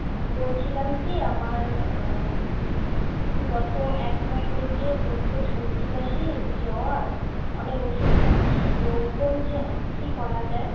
ও বলছিলাম কী আমার গত এক মাস থেকে প্রচুর সর্দি কাশি জ্বর অনেক ওষুধ খাচ্ছি তো কমছে না কী করা যায়